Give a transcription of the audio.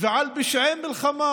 ועל פשעי מלחמה.